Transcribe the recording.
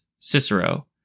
cicero